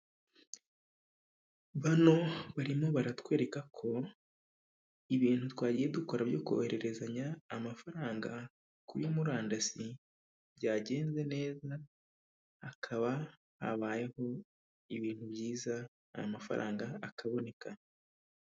Bano barimo baratwereka ko ibintu twagiye dukora byo kohererezanya amafaranga kuri murandasi byagenze neza, hakaba habayeho ibintu byiza aya mafaranga akaboneka.